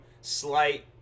slight